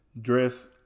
dress